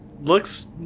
Looks